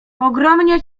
ogromnie